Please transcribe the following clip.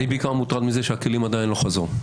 אני בעיקר מוטרד מזה שהכלים עדיין לא חזרו.